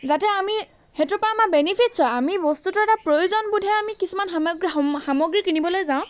যাতে আমি সেইটোৰ পৰা আমি বেনিফিটট্ছ হয় আমি বস্তুটো এটা প্ৰয়োজনবোধে আমি কিছুমান সামাগ্ৰী সামা সামগ্ৰী কিনিবলৈ যাওঁ